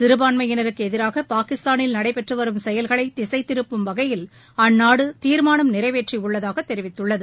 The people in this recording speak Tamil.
சிறுபான்மையினருக்கு எதிராக பாகிஸ்தானில் நடைபெற்று வரும் செயல்களை திசைத்திருப்பும் வகையில் அந்நாடு தீர்மானம் நிறைவேற்றியுள்ளதாக தெரிவித்துள்ளது